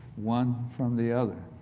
one from the other.